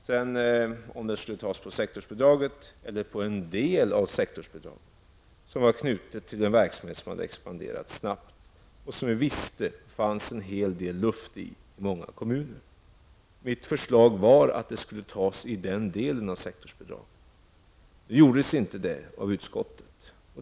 Sedan återstod det om pengarna skulle tas från en del av sektorsbidraget, som var knutet till den verksamhet som hade expanderat snabbt och som vi visste att det fanns en del luft i hos många kommuner. Mitt förslag var att pengarna skulle tas i den delen av sektorsbidraget. Nu gjorde inte utskottet så.